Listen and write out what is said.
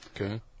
Okay